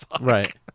Right